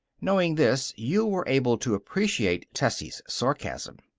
knowing this, you were able to appreciate tessie's sarcasm.